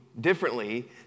differently